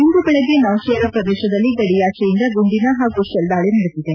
ಇಂದು ಬೆಳಗ್ಗೆ ನೌಶೇರಾ ಪ್ರದೇಶದಲ್ಲಿ ಗಡಿಯಾಚೆಯಿಂದ ಗುಂಡಿನ ಹಾಗೂ ಶೆಲ್ ದಾಳಿ ನಡೆದಿದೆ